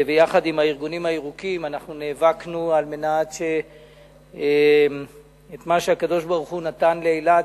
ויחד עם הארגונים הירוקים נאבקנו על מנת שמה שהקדוש-ברוך-הוא נתן לאילת,